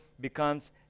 becomes